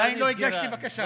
עדיין לא הגשתי בקשה.